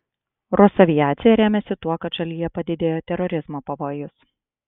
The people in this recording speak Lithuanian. rosaviacija remiasi tuo kad šalyje padidėjo terorizmo pavojus